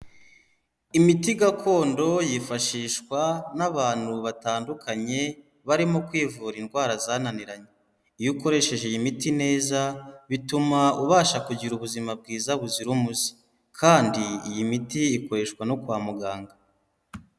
Imiti gakondo yifashishwa n'abantu batandukanye, barimo kwivura indwara zananiranye, iyo ukoresheje iyi miti neza, bituma ubasha kugira ubuzima bwiza buzira umuze kandi iyi miti ikoreshwa no kwa muganga.